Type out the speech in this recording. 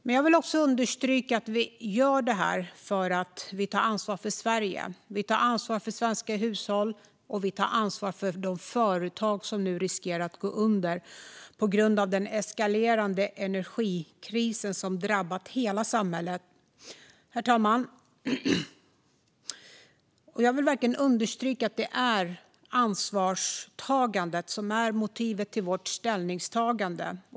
Men jag vill också understryka att vi gör detta för att vi tar ansvar för Sverige, för svenska hushåll och för de företag som nu riskerar att gå under på grund av den eskalerande energikris som drabbat hela samhället. Herr talman! Jag vill verkligen understryka att det är ansvarstagandet som är motivet till vårt ställningstagande.